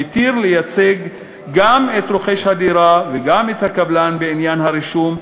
המתיר לייצג גם את רוכש הדירה וגם את הקבלן בעניין הרישום,